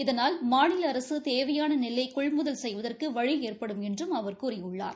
இதனால் மாநில அரசு தேவையான நெல்லை கொள்முதல் செய்வதற்கு வழி ஏற்படும் என்றும் அவர் கூறியுள்ளார்